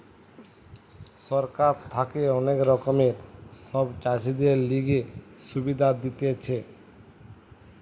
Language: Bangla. সরকার থাকে অনেক রকমের সব চাষীদের লিগে সুবিধা দিতেছে